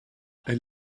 elle